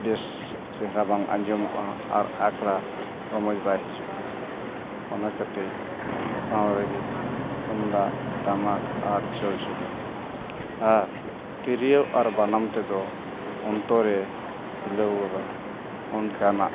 ᱵᱮᱥ ᱪᱮᱦᱨᱟ ᱵᱟᱝ ᱟᱸᱡᱚᱢᱚᱜᱼᱟ ᱟᱨ ᱟᱠᱷᱲᱟ ᱨᱚᱢᱚᱡᱽ ᱵᱟᱭ ᱦᱤᱡᱩᱜᱼᱟ ᱚᱱᱟ ᱠᱷᱟᱹᱛᱤᱨ ᱥᱟᱶ ᱨᱮᱜᱮ ᱛᱩᱢᱫᱟᱜ ᱴᱟᱢᱟᱠ ᱟᱨ ᱪᱚᱲᱪᱚᱲᱤ ᱟᱨ ᱛᱤᱨᱭᱳ ᱟᱨ ᱵᱟᱱᱟᱢ ᱛᱮᱫᱚ ᱚᱱᱛᱚᱨᱮ ᱦᱤᱞᱟᱹᱣ ᱜᱚᱫᱟ ᱚᱱᱠᱟᱱᱟᱜ